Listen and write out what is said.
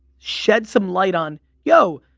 shed some light on yo,